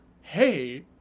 Hey